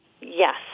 Yes